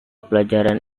pelajaran